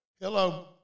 hello